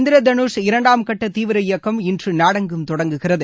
இந்திர தனுஷ் இரண்டாம் கட்ட தீவிர இயக்கம் இன்று நாடெங்கும் தொடங்குகிறது